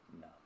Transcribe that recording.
No